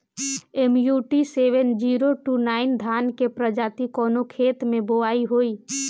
MUT seven zero two nine धान के प्रजाति कवने खेत मै बोआई होई?